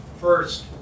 First